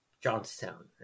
Johnstown